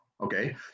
Okay